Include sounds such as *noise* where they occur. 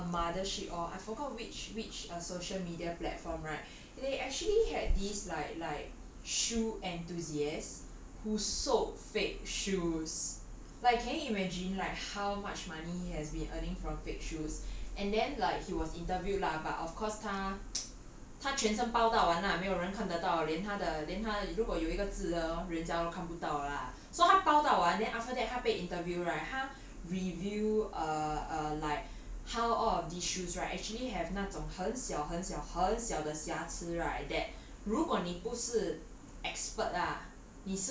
ya so actually on on mothership or I forgot which social media platform right they actually had this like like shoe enthusiast who sold fake shoes like can you imagine like how much money he has been earning from fake shoes and then like he was interviewed lah but of course 他 *noise* 他全身包到完 lah 没有人看得到连他的他的如果有一个痣人家都看不到了 lah 他包到完 then after that 他被 interview right 他 reveal err err like how all of these shoes right actually have 那种很小很小很小的瑕疵 right that 如果你不是